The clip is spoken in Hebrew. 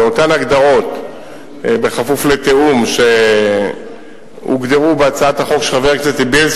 אם ההגדרות ישונו בהתאם להגדרות של הצעת החוק של בילסקי,